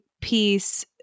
piece